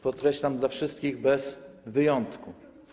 Podkreślam, dla wszystkich bez wyjątku.